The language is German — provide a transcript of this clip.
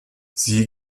sie